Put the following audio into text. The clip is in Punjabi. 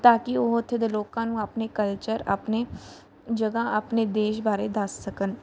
ਤਾਂ ਕਿ ਉਹ ਉੱਥੇ ਦੇ ਲੋਕਾਂ ਨੂੰ ਆਪਣੇ ਕਲਚਰ ਆਪਣੇ ਜਗ੍ਹਾ ਆਪਣੇ ਦੇਸ਼ ਬਾਰੇ ਦੱਸ ਸਕਣ